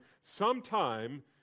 sometime